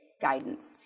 guidance